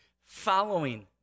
following